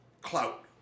clout